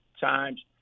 times